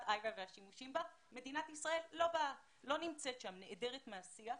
איירה והשימושים בה אבל מדינת ישראל לא נמצאת שם והיא נעדרת מהשיח.